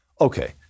Okay